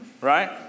Right